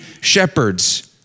shepherds